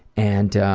and,